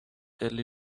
tell